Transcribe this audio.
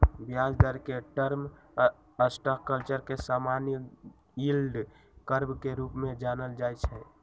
ब्याज दर के टर्म स्ट्रक्चर के समान्य यील्ड कर्व के रूपे जानल जाइ छै